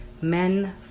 Men